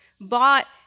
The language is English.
bought